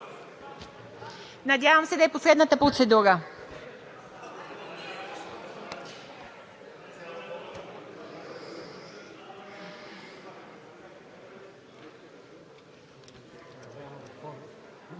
Надявам се да е последната процедура.